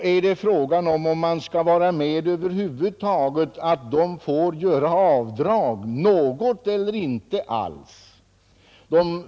Frågan är alltså om man skall vara med om att företagarna får göra några avdrag eller inga avdrag alls.